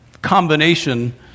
combination